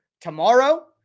Tomorrow